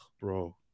bro